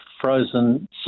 frozen